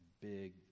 big